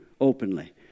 openly